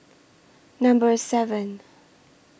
Number seven